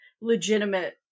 legitimate